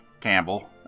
Campbell